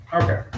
Okay